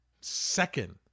Second